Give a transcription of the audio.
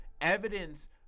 evidence